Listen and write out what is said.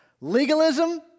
Legalism